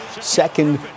Second